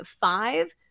five